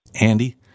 Andy